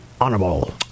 honorable